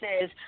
says